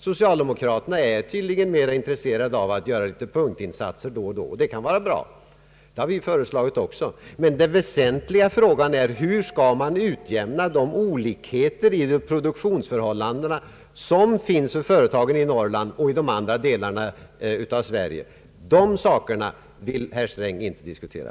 Socialdemokraterna är tydligen mera intresserade av att göra litet punktinsatser då och då. Det kan ju vara bra, det har vi föreslagit också, men den väsentliga frågan är: Hur skall man utjämna de olikheter i produktionsförhållandena som finns för företagen i Norrland och i de andra delarna av Sverige? De sakerna vill herr Sträng inte diskutera.